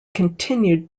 continued